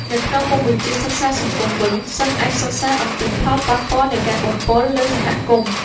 នៅក្នុងមុខវិជ្ជា សិក្សាសង្គមវិញ សិស្សអាចសិក្សាអំពីផលប៉ះពាល់នៃការបំពុលលើសហគមន៍។